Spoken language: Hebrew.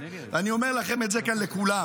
ואני אומר את זה כאן לכולם.